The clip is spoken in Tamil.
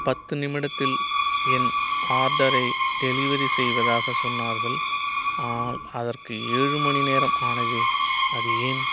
பத்து நிமிடத்தில் என் ஆர்டரை டெலிவெரி செய்வதாக சொன்னார்கள் ஆனால் அதற்கு ஏழு மணிநேரம் ஆனதே அது ஏன்